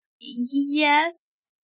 Yes